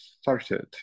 started